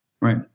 Right